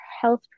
health